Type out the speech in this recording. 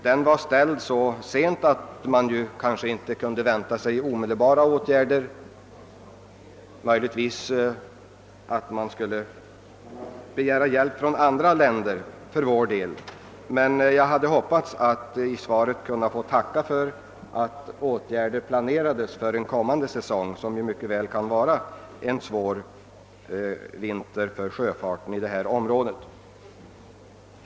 Denna ställdes så sent att man kanske inte för innevarande vintersäsong kunde vänta sig någon omedelbar åtgärd, annat än möjligtvis ett beslut om att vi skulle begära hjälp från andra länder. Jag hade dock hoppats att få tacka för ett besked i svaret om att åtgärder planeras för kommande säsong, då det mycket väl kan bli en svår vinter för sjöfarten inom det aktuella området.